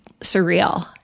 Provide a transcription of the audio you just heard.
surreal